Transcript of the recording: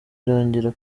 irongera